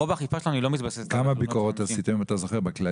רוב האכיפה שלנו לא מתבססת על תלונות